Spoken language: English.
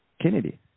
Kennedy